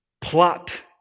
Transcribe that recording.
plot